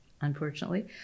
unfortunately